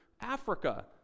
Africa